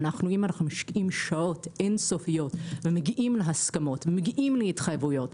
אם אנחנו משקיעים שעות אינסופיות ומגיעים להסכמו ומגיעים להתחייבויות,